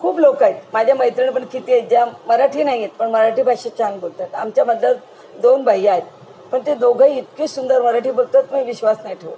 खूप लोक आहेत माझ्या मैत्रीण पण किती आहेत ज्या मराठी नाहीयेत पण मराठी भाषेत छान बोलतात आमच्या मदात दोन भैय्या आहेत पण ते दोघंही इतकी सुंदर मराठी बोलतात की विश्वास नाही ठेवत